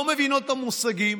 לא מבינות את המושגים?